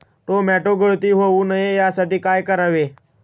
Tomato गळती होऊ नये यासाठी काय करावे?